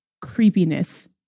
creepiness